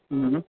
હં હં